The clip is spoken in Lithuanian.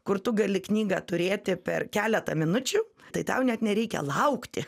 kur tu gali knygą turėti per keletą minučių tai tau net nereikia laukti